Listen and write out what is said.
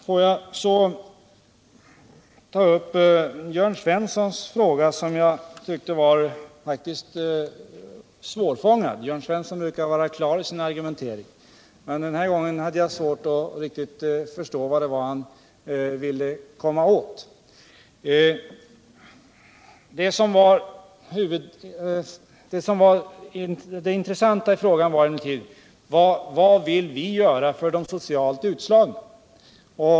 Får jag så ta upp Jörn Svenssons fråga som jag faktiskt tyckte var svårfångad. Jörn Svensson brukar vara klar i sin argumentering, men den här gången hade jag svårt att riktigt förstå vad han ville komma åt. Det intressanta i frågan var emellertid: Vad vill vi göra för de socialt utslagna?